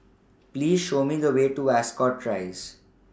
Please Show Me The Way to Ascot Rise